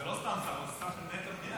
זה לא סתם שר, זה שר שמנהל את המדינה.